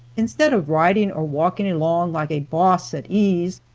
instead of riding or walking along like a boss at ease,